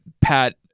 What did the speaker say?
Pat